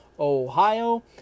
ohio